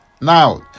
Now